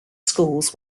schools